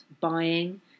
buying